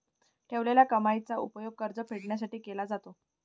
ठेवलेल्या कमाईचा उपयोग कर्ज फेडण्यासाठी केला जातो